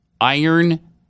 iron